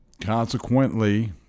consequently